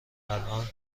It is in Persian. الان